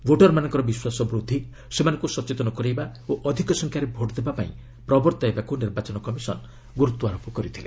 ଭୋଟରମାନଙ୍କ ବିଶ୍ୱାସ ବୃଦ୍ଧି ସେମାନଙ୍କୁ ସଚେତନ କରାଇବା ଓ ଅଧିକ ସଂଖ୍ୟାରେ ଭୋଟ୍ ଦେବା ପାଇଁ ପ୍ରବର୍ତ୍ତାଇବାକୁ ନିର୍ବାଚନ କମିଶନ ଗୁରୁତ୍ୱାରୋପ କରିଥିଲେ